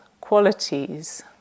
qualities